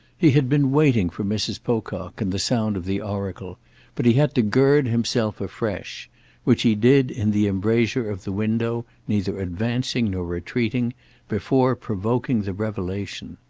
he had been waiting for mrs. pocock and the sound of the oracle but he had to gird himself afresh which he did in the embrasure of the window, neither advancing nor retreating before provoking the revelation.